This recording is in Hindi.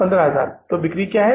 15000 और बिक्री क्या है